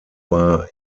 war